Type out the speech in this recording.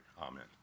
amen